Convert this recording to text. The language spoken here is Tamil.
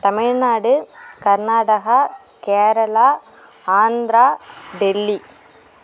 தமிழ்நாடு கர்நாடகா கேரளா ஆந்திரா டெல்லி